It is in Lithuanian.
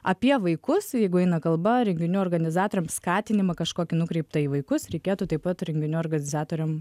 apie vaikus jeigu eina kalba renginių organizatoriam skatinimą kažkokį nukreiptą į vaikus reikėtų taip pat renginių organizatoriam